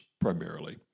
primarily